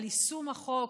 על יישום החוק,